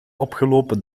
opgelopen